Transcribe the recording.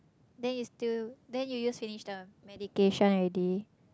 then you still then you use finish the medication already